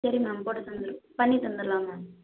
சரி மேம் போட்டு தந்துடுறோம் பண்ணி தந்துடலாம் மேம்